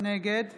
נגד